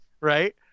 right